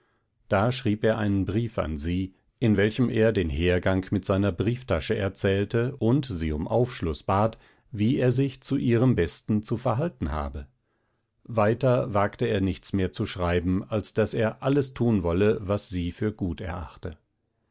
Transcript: da schrieb er einen brief an sie in welchem er den hergang mit seiner brieftasche erzählte und sie um aufschluß bat wie er sich zu ihrem besten zu verhalten habe weiter wagte er nichts mehr zu schreiben als daß er alles tun wolle was sie für gut erachte